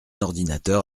ordinateur